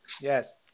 Yes